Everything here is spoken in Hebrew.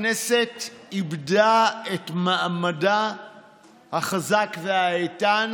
הכנסת איבדה את מעמדה החזק והאיתן